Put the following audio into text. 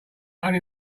only